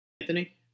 Anthony